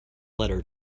letter